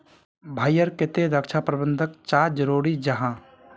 भाई ईर केते रक्षा प्रबंधन चाँ जरूरी जाहा?